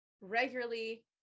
regularly